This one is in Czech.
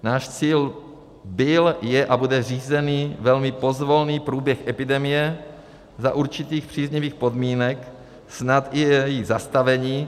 Náš cíl byl, je a bude řízený, velmi pozvolný průběh epidemie, za určitých příznivých podmínek snad i její zastavení.